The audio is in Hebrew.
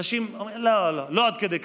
אנשים אומרים: לא עד כדי כך.